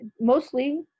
mostly